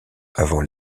avant